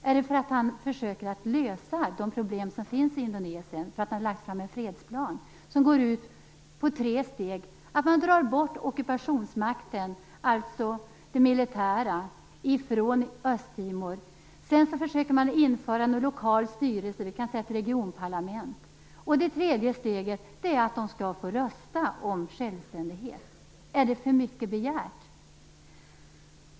Är det för att han försöker att lösa de problem som finns i Indonesien, för att han har lagt fram en fredsplan? Den går ut på tre steg. Man drar bort ockupationsmakten, alltså det militära från Östtimor. Sedan försöker man införa en lokal styrelse, vi kan kalla det regionparlament. Det tredje steget är att de skall få rösta om självständighet. Är det för mycket begärt?